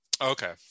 Okay